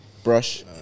Brush